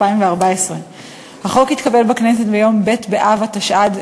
התשע"ד 2014. החוק התקבל בכנסת ביום ב' באב התשע"ד,